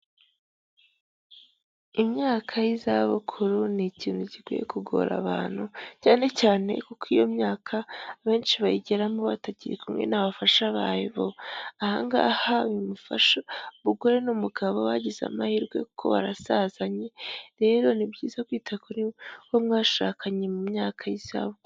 Imyaka y'izabukuru ni ikintu gikwiye kugora abantu cyane cyane kuko iyo myaka abenshi bayigeramo batakiri kumwe n'abafasha babo, aha ngaha uyu mufasha umugore n'umugabo bagize amahirwe kuko barasazanye, rero ni byiza kwita kuri uwo mwashakanye mu myaka y'izabukuru.